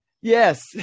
Yes